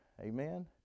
Amen